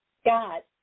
Scott